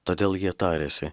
todėl jie tarėsi